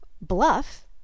bluff